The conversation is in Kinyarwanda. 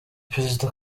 perezida